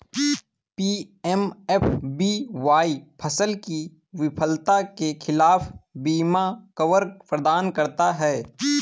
PMFBY फसल की विफलता के खिलाफ बीमा कवर प्रदान करता है